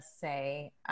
say